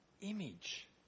image